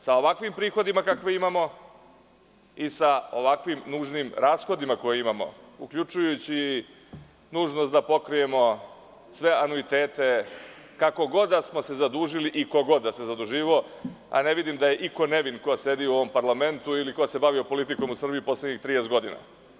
Sa ovakvim prihodima kakve imamo i sa ovakvim nužnim rashodima koje imamo, uključujući nužnost da pokrijemo sve anuitete, kako god da smo se zadužili i ko god da se zaduživao, a ne vidim da je iko nevin ko sedi u ovom parlamentu ili ko se bavio politikom u Srbiji poslednjih 30 godina.